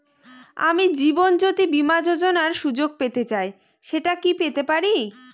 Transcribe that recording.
আমি জীবনয্যোতি বীমা যোযোনার সুযোগ পেতে চাই সেটা কি পেতে পারি?